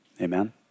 Amen